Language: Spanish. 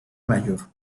mayor